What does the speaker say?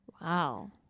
Wow